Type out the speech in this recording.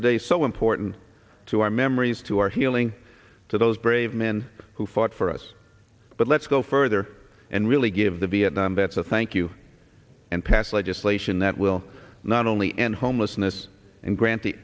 today so warton to our memories to our healing to those brave men who fought for us but let's go further and really give the vietnam vets a thank you and pass legislation that will not only end homelessness and grant